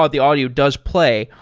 ah the audio does play,